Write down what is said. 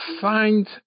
find